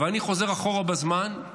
אבל אני חוזר אחורה בזמן,